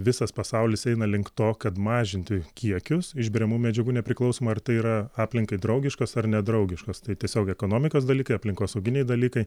visas pasaulis eina link to kad mažinti kiekius išberiamų medžiagų nepriklausoma ar tai yra aplinkai draugiškas ar nedraugiškas tai tiesiog ekonomikos dalykai aplinkosauginiai dalykai